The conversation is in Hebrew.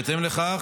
בהתאם לכך,